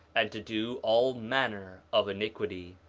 and to do all manner of iniquity.